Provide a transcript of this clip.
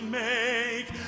make